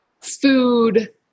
food